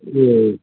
ए